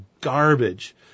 garbage